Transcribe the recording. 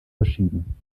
verschieden